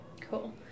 cool